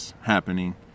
happening